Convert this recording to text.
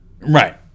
Right